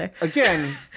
Again